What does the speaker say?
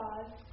God